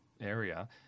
area